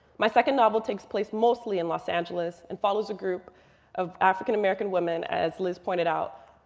my second novel takes place mostly in los angeles and follows a group of african american women, as liz pointed out,